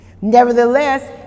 Nevertheless